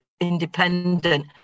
independent